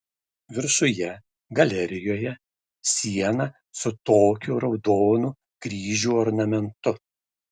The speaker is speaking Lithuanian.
viršuje galerijoje siena su tokiu raudonų kryžių ornamentu